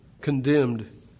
condemned